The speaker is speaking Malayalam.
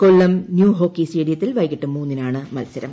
കൊല്ലം ന്യൂ ഹോക്കി സ്റ്റേഡിയത്തിൽ വൈകിട്ട് മൂന്നിനാണ് മത്സരം